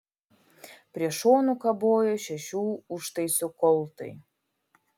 prie šonų kabojo šešių užtaisų koltai